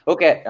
Okay